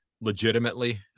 legitimately